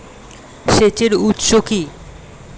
সেচের উৎস কি?